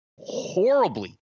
horribly